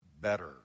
better